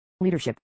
Leadership